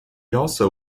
also